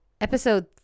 episode